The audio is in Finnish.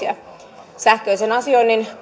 ja päällekkäisyyksiä sähköisen asioinnin